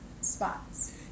spots